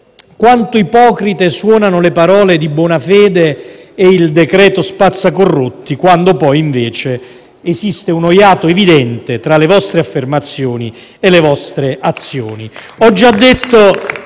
Quanto ipocrite suonano le parole di Bonafede e il decreto spazza corrotti, quando poi invece esiste uno iato evidente tra le vostre affermazioni e le vostre azioni.